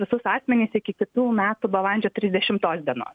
visus asmenis iki kitų metų balandžio trisdešimtos dienos